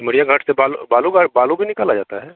सिमरिया घाट से बालू बालू का बालू भी निकाला जाता है